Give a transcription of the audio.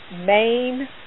main